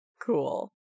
Cool